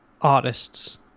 artists